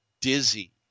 dizzy